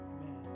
Amen